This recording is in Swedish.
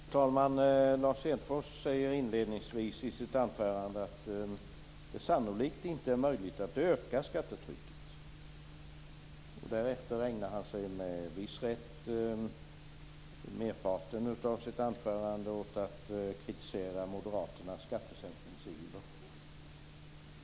Fru talman! Lars Hedfors sade inledningsvis i sitt anförande att det sannolikt inte är möjligt att öka skattetrycket. Därefter ägnar han sig med en viss rätt merparten av sitt anförande åt att kritisera moderaternas skattesänkningsiver.